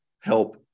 help